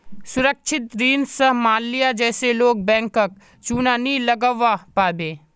सुरक्षित ऋण स माल्या जैसा लोग बैंकक चुना नी लगव्वा पाबे